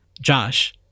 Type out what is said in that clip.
Josh